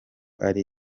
ari